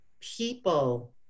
people